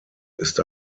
ist